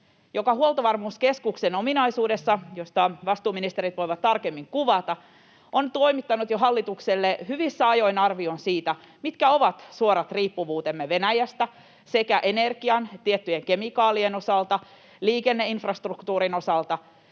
josta Huoltovarmuuskeskuksen ominaisuudessa, jota vastuuministerit voivat tarkemmin kuvata, on toimitettu hallitukselle jo hyvissä ajoin arvio siitä, mitkä ovat suorat riippuvuutemme Venäjästä sekä energian, tiettyjen kemikaalien osalta, liikenneinfrastruktuurin osalta.